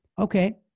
Okay